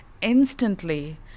instantly